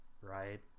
right